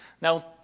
Now